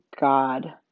God